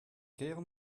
kaer